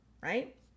right